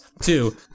Two